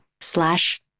slash